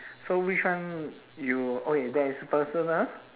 so which one you okay there is personal